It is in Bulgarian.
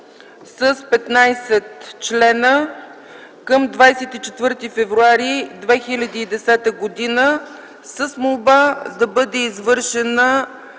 с 15 члена към 24 февруари 2010 г., с молба да бъде извършена